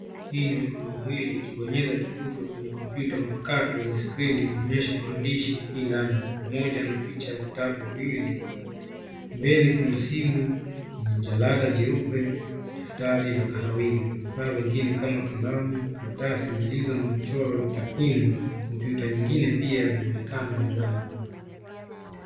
Hii ni mikono miwili ikibonyeza kitufe kwenye kompyuta mpakato, wenye skrini inaonyesha maandishi E-learning moja na picha ya vitabu viwili. Mbele kuna simu yenye jalada jeupe, daftari la kahawia na vifaa vingine kama kalamu, karatasi zilizo na michoro ya takwimu, kompyuta nyingine pia inaonekana mezani.